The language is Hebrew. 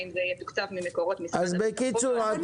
האם זה יתוקצב ממקורות משרד הבטחון --- משנת